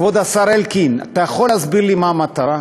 כבוד השר אלקין, אתה יכול להסביר לי מה המטרה?